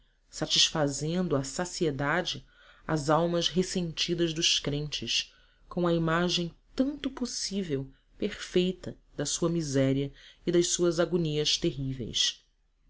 satisfazendo à saciedade as almas ressentidas dos crentes com a imagem tanto possível perfeita da sua miséria e das suas agonias terríveis